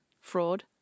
fraud